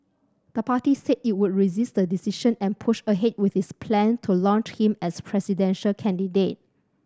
the party said it would resist the decision and push ahead with its plan to launch him as presidential candidate